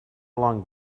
long